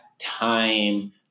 time